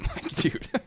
dude